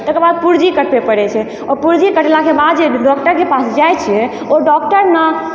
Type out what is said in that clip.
तकरा बाद पुर्जी कटबै पड़ै छै ओ पुर्जी कटेलाके बाद जे डॉक्टरके पास जाइ छियै ओ डॉक्टर ने